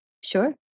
Sure